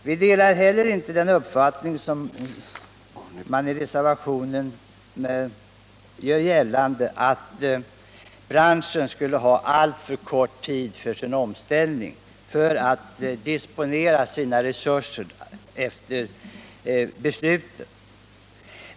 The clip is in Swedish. Vi delar inte heller den uppfattning som reservanterna gör gällande, nämligen att branschen skulle ha alltför kort tid för sin omställning för att disponera sina resurser efter beslutet.